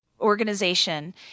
organization